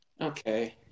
okay